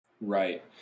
Right